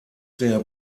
der